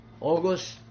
August